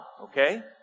okay